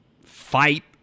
fight